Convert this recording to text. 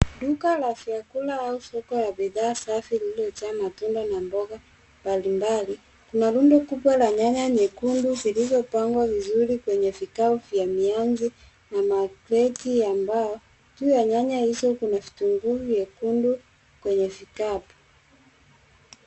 Duka la vyakula au soko ya bidhaa safi iliyojaa matunda na mboga mbalimbali. Kuna rundo kubwa la nyanya nyekundu zilizopangwa vizuri kwenye vikapu vya mianzi na makreti ya mbao. Juu ya nyanya hizo, kuna vitunguu vyekundu kwenye vikapu.